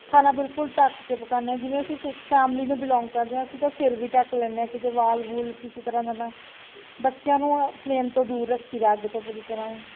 ਖਾਣਾ ਬਿਲਕੁਲ ਢੱਕ ਕੇ ਪਕਾਉਂਦੇ ਜਿਵੇਂ ਅਸੀਂ ਸਿੱਖ ਫੈਮਿਲੀ ਨੂੰ ਬਿਲੋਂਗ ਕਰਦੇ ਹਾਂ ਅਸੀਂ ਤਾਂ ਸਿਰ ਵੀ ਢੱਕ ਲੈਂਦੇ ਹਾਂ ਕਿਤੇ ਵਾਲ ਵੂਲ ਕਿਸੇ ਤਰ੍ਹਾਂ ਦਾ ਨਾ ਬੱਚਿਆਂ ਨੂੰ ਫਲੇਮ ਤੋਂ ਦੂਰ ਰੱਖੀਦਾ ਅੱਗ ਤੋਂ ਪੂਰੀ ਤਰ੍ਹਾਂ